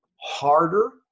harder